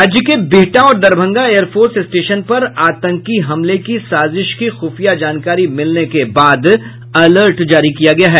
राज्य के बिहटा और दरभंगा एयरफोर्स स्टेशन पर आतंकी हमले की साजिश की खुफिया जानकारी मिलने के बाद अलर्ट जारी किया गया है